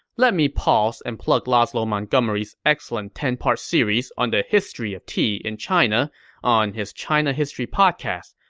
let me pause and plug lazlo montgomery's excellent ten part series on the history of tea in china on his china history podcast.